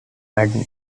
madden